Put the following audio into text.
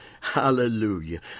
Hallelujah